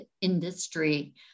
industry